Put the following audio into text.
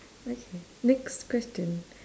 okay next question